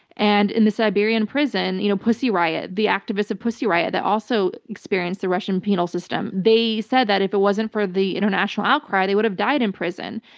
and in the siberian prison, you know pussy riot, the activists of pussy riot, that also experienced the russian penal system, they said that if it wasn't for the international outcry, they would have died in prison.